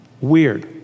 Weird